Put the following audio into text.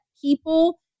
people